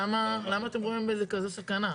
למה אתם רואים בזה כזו סכנה?